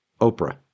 Oprah